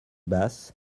basse